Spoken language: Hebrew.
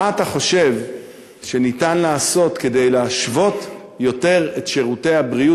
מה אתה חושב שאפשר לעשות כדי להשוות יותר את שירותי הבריאות